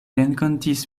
renkontis